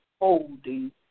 holding